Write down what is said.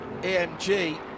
AMG